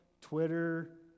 Twitter